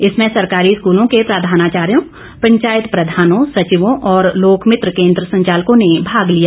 इसमें सरकारी स्कूलों के प्रधानाचार्यों पंचायत प्रधानों सचिवों और लोकमित्र केंद्र संचालकों ने भाग लिया